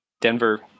Denver